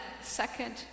second